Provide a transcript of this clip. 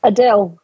Adele